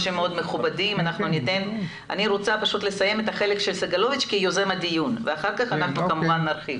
אני רוצה לסיים את החלק של סגלוביץ כיוזם הדיון ואחר כך נרחיב.